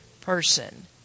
person